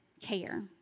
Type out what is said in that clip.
care